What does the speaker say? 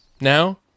Now